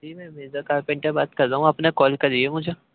جی میں مرزا کارپینٹر بات کر رہا ہوں آپ نے کال کری ہے مجھے